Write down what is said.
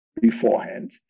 beforehand